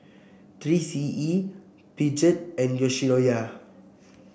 Three C E Peugeot and Yoshinoya